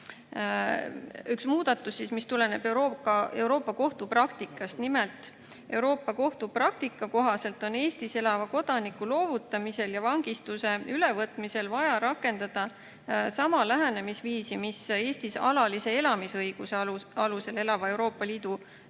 üks muudatus, mis tuleneb Euroopa Kohtu praktikast. Nimelt, Euroopa Kohtu praktika kohaselt on Eestis elava kodaniku loovutamisel ja vangistuse ülevõtmisel vaja rakendada sama lähenemisviisi, mis Eestis alalise elamisõiguse alusel elava Euroopa Liidu